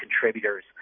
contributors